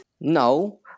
No